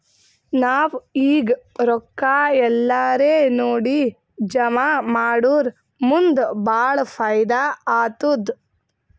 ನಾವ್ ಈಗ್ ರೊಕ್ಕಾ ಎಲ್ಲಾರೇ ನೋಡಿ ಜಮಾ ಮಾಡುರ್ ಮುಂದ್ ಭಾಳ ಫೈದಾ ಆತ್ತುದ್